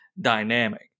dynamic